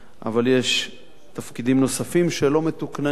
אבל יש תפקידים נוספים שלא מתוקננים,